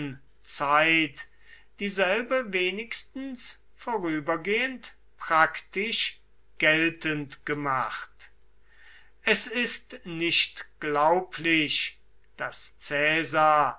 zeit dieselbe wenigstens vorübergehend praktisch geltend gemacht es ist nicht glaublich daß caesar